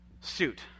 suit